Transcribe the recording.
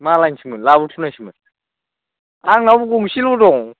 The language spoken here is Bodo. मालायनिसोमोन लाबोथ'नायसोमोन आंनावबो गंसेल' दं